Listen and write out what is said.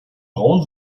braun